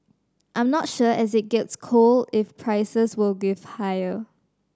I'm not sure as it gets cold if prices will go higher